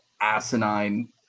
asinine